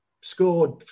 scored